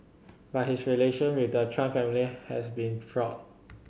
but his relation with the Trump family has been fraught